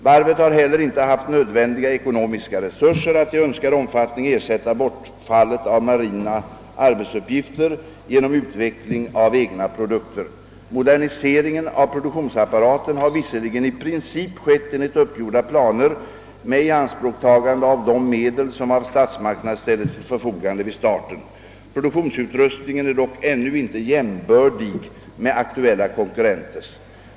Varvet har heller inte haft nödvändiga ekonomiska resurser att i önskad omfattning ersätta bortfallet av marina arbetsuppgifter genom utveckling av egna produkter. Moderniseringen av produktionsapparaten har visserligen i princip skett enligt uppgjorda planer med ianspråktagande av de medel som av statsmakterna ställdes till förfogande vid starten. Produktionsutrustningen är dock ännu inte jämbördig med aktuella konkurrenters.